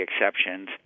exceptions